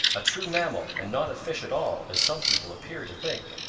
a true mammal and not a fish at all, as some people appear to think.